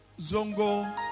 Zongo